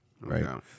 Right